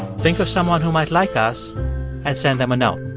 think of someone who might like us and send them a note.